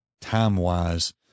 time-wise